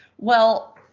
well,